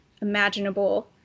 imaginable